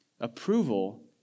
Approval